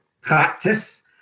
practice